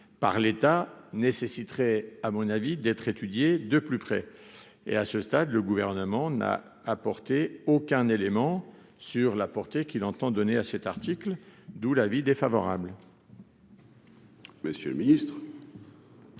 par l'état nécessiterait, à mon avis, d'être étudié de plus près et à ce stade, le gouvernement n'a apporté aucun élément sur la portée qu'il entend donner à cet article, d'où l'avis défavorable. Monsieur le Ministre.